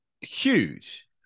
Huge